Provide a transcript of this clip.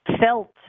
felt